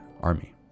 army